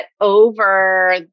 over